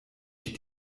ich